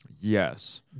Yes